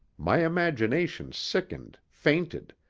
my imagination sickened, fainted,